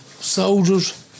soldiers